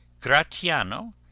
Gratiano